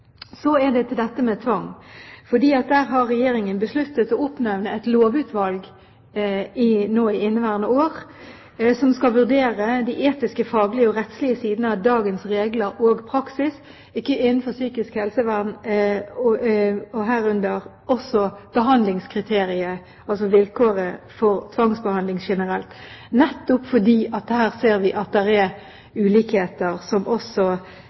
Så til dette med tvang: Regjeringen har besluttet å oppnevne et lovutvalg i inneværende år som skal vurdere de etiske, faglige og rettslige sidene ved dagens regler og praksis innen psykisk helsevern, herunder også behandlingskriteriet, altså vilkåret, for tvangsbehandling generelt – nettopp fordi vi her ser at det er ulikheter, som også